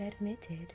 admitted